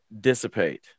Dissipate